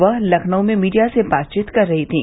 वह वह लखनऊ में मीडिया से बातचीत कर रही थीं